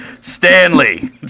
Stanley